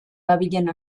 dabilen